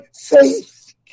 faith